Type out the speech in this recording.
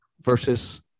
versus